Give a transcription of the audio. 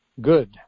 good